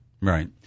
Right